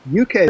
UK